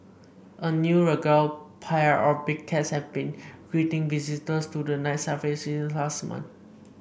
a new regal pair of big cats has been greeting visitors to the Night Safari since last month